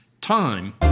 time